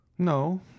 no